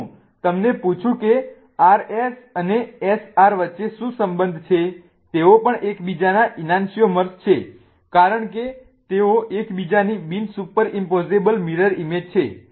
જો હું તમને પૂછું કે RS અને SR વચ્ચે શું સંબંધ છે તેઓ પણ એકબીજાના ઈનાન્સ્યિઓમર્સ છે કારણ કે તેઓ એકબીજાની બિન સુપર ઇમ્પોસિબલ મિરર ઇમેજ છે